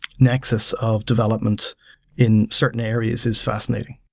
nexus of developments in certain areas is fascinating.